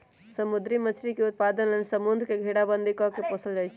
समुद्री मछरी के उत्पादन लेल समुंद्र के घेराबंदी कऽ के पोशल जाइ छइ